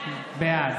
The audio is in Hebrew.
בעד